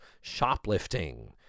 Shoplifting